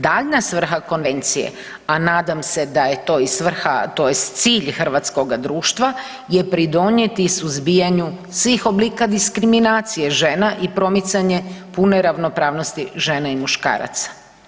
Daljnja svrha konvencije, a nadam se da je to i svrha tj. cilj hrvatskoga društva je pridonijeti suzbijanju svih oblika diskriminacije žena i promicanje pune ravnopravnosti žena i muškaraca.